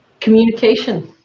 Communication